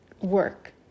work